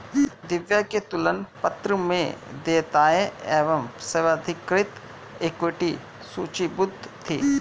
दिव्या के तुलन पत्र में देयताएं एवं स्वाधिकृत इक्विटी सूचीबद्ध थी